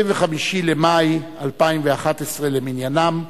25 במאי 2011 למניינם.